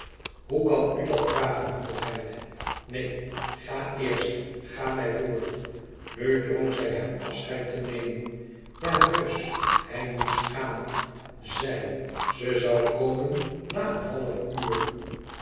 hoe kan u dat vragen hoogheid neen ga eerst ga mij voor nu drong zij hem afscheid te nemen ja heusch hij moest gaan zij ze zoû komen na een half uur